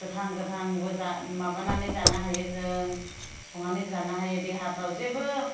गोथां गोथां मोजां माबानानै जानो हायो जों संनानै जानो जानो हायो देहाफ्राव जेबो